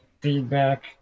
feedback